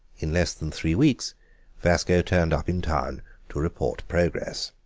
in less than three weeks vasco turned up in town to report progress.